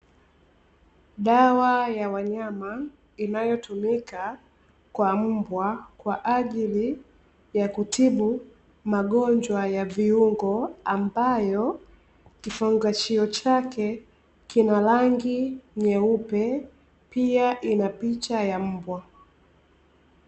Dawa ya wanyama inayotumika kwa mbwa kwa ajili ya kutibu magonjwa ya viungo, ambayo kifungashio chake kina rangi nyeupe; pia ina picha ya mbwa.